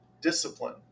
discipline